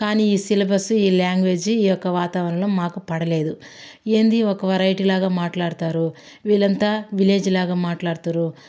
కానీ ఈ సిలబస్ ఈ లాంగ్వేజ్ ఈ యొక్క వాతావరణం మాకు పడలేదు ఏందీ ఒక వెరైటీలాగా మాట్లాడుతారు వీళ్ళంతా విలేజ్లాగా మాట్లాడుతారు